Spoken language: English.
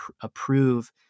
approve